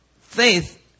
faith